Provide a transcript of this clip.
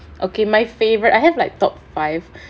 okay my favourite I have like top five